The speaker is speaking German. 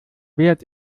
wert